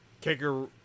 Kicker